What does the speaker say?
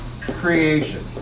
creation